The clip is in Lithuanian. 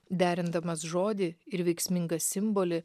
derindamas žodį ir veiksmingą simbolį